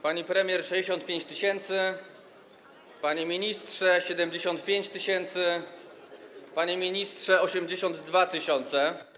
Pani premier - 65 tys., pan, panie ministrze - 75 tys., pan, panie ministrze - 82 tys.